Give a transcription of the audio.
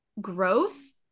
gross